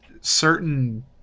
certain